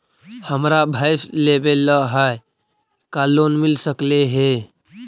हमरा भैस लेबे ल है का लोन मिल सकले हे?